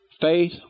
Faith